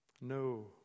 No